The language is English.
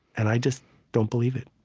and i just don't believe it